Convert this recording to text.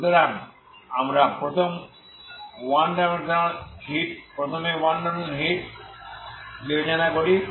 সুতরাং আমরা প্রথমে ওয়ান ডাইমেনশনাল হিট ইকুয়েশন বিবেচনা করি